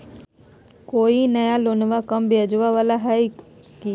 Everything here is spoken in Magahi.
कोइ नया लोनमा कम ब्याजवा वाला हय की?